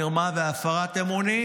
מרמה והפרת אמונים,